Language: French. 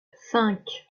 cinq